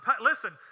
listen